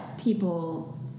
people